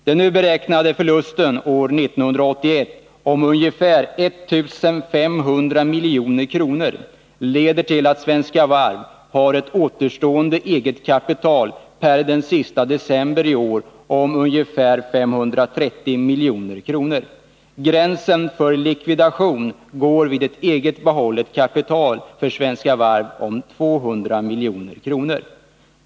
Den nu beräknade förlusten år 1981 om ca 1 500 milj.kr. leder till att Svenska Varv har ett återstående eget kapital per den sista december 1981 om ungefär 530 milj.kr. Gränsen för likvidation för Svenska Varv går vid ett eget behållet kapital om 200 milj.kr.